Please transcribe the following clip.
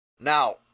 Now